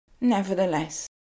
Nevertheless